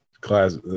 class